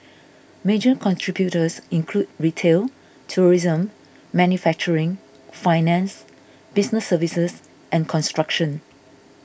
major contributors include retail tourism manufacturing finance business services and construction